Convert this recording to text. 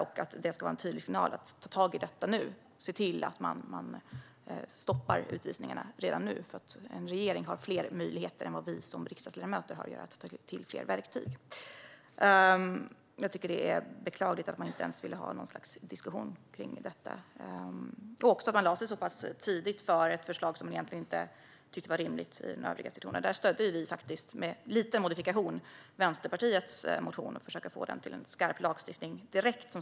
Det skulle ha varit en tydlig signal om att ta tag i detta för att se till att utvisningarna stoppas redan nu. En regering har ju fler möjligheter än vad vi som riksdagsledamöter har, och den kan ta till fler verktyg. Det är beklagligt att man inte ens ville ha en diskussion om detta och att man så pass tidigt antog ett förslag som man egentligen inte tyckte var rimligt i situationen som rådde. Vi stödde faktiskt Vänsterpartiets motion, med lite modifikation, för att den skulle bli skarp lagstiftning direkt.